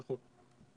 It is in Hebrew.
נכון.